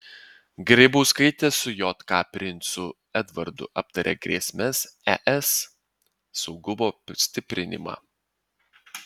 grybauskaitė su jk princu edvardu aptarė grėsmes es saugumo stiprinimą